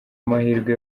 amahirwe